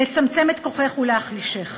לצמצם את כוחך ולהחלישך.